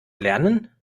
lernen